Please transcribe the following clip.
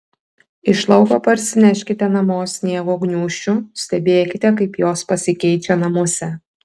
iš lauko parsineškite namo sniego gniūžčių stebėkite kaip jos pasikeičia namuose